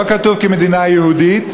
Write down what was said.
לא כתוב "כמדינה יהודית",